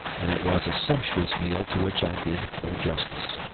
and it was a sumptuous meal to which i did full justice.